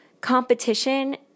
competition